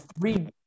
three